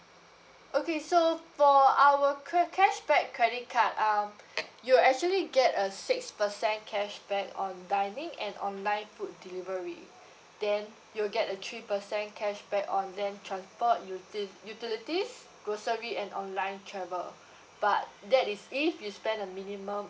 okay so for our cred~ cashback credit card um you actually get a six percent cashback on dining and online food delivery then you'll get a three percent cashback on land transport uti~ utilities grocery an online travel but that is if you spend a minimum